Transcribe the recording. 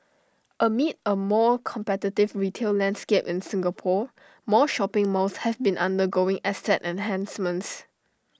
amid A more competitive retail landscape in Singapore more shopping malls have been undergoing asset enhancements